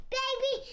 baby